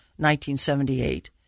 1978